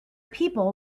people